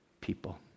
people